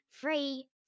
Free